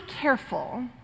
careful